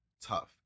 tough